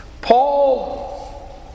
Paul